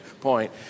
point